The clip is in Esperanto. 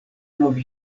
nov